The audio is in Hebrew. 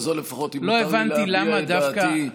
אני אומר, אם מותר לי להביע את דעתי,